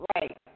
Right